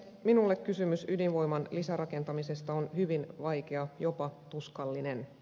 minulle kysymys ydinvoiman lisärakentamisesta on hyvin vaikea jopa tuskallinen